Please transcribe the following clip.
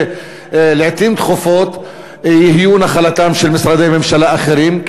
לעתים תכופות יהיו נחלתם של משרדי ממשלה אחרים,